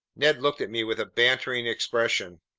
ned looked at me with a bantering expression.